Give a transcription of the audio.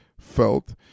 felt